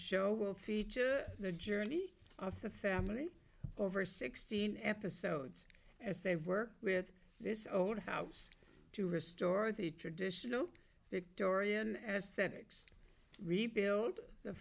show will feature the journey of the family over sixteen episodes as they work with this old house to restore the traditional victorian as that ics rebuilt the